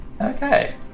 Okay